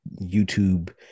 YouTube